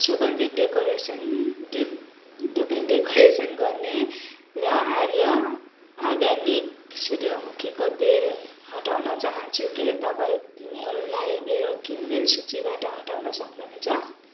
सुगन्धित decoration dip deco decoration गर्ने र आर्य अर्ग्यानिक सूर्यमुखीको तेल हटाउन चाहन्छु के तपाईँ तिनीहरूलाई मेरो किनमेल सूचीबाट हटाउन सक्नुहुन्छ